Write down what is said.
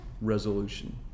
resolution